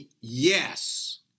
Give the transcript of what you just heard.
yes